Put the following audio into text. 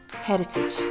heritage